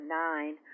nine